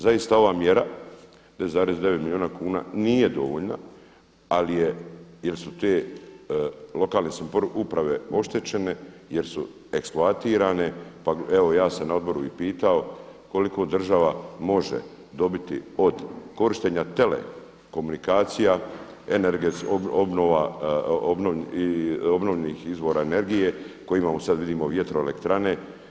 Zaista ova mjera 5,9 milijuna kuna nije dovoljna, ali je jer su te lokalne uprave oštećene jer su eksploatirane pa evo ja sam na odboru i pitao koliko država može dobiti od korištenja telekomunikacija, obnovljenih izvora energije koje imamo sad vidimo vjetroelektrane.